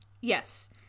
yes